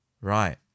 right